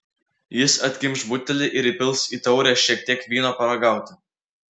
jis atkimš butelį ir įpils į taurę šiek tiek vyno paragauti